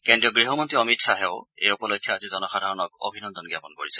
কেন্দ্ৰীয় গৃহমন্ত্ৰী অমিত খাহেও এই উপলক্ষে আজি জনসাধাৰণক অভিনন্দন জ্ঞাপন কৰিছে